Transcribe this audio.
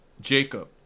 jacob